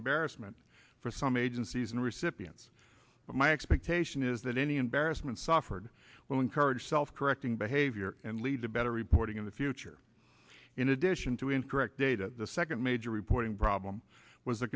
embarrassment for some agencies and recipients but my expectation is that any embarrassments offered will encourage self correcting behavior and lead to better reporting in the future in addition to incorrect data the second major reporting problem was a